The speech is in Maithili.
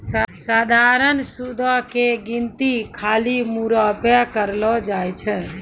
सधारण सूदो के गिनती खाली मूरे पे करलो जाय छै